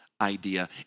idea